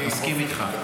מסכים איתך.